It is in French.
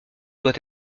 doit